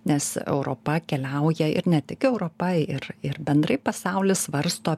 nes europa keliauja ir ne tik europa ir ir bendrai pasaulis svarsto